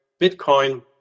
Bitcoin